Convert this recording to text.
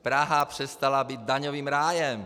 Praha přestala být daňovým rájem.